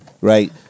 Right